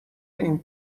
این